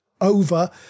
over